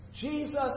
Jesus